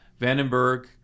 Vandenberg